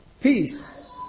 Peace